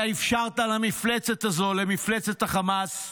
אתה אפשרת למפלצת הזאת, למפלצת החמאס,